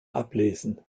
ablesen